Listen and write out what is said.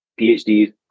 PhDs